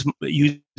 use